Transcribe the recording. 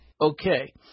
Okay